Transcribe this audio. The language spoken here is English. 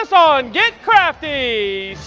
on get crafty.